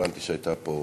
הבנתי שהייתה פה